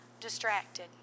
Distracted